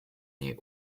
their